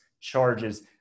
charges